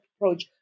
approach